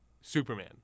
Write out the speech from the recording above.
Superman